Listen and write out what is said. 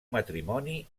matrimoni